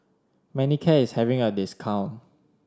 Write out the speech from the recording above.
Manicare is having a discount